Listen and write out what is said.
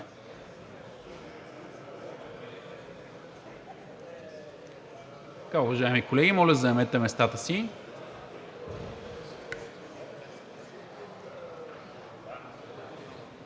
Уважаеми колеги, моля, заемете местата си.